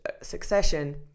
succession